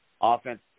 Offense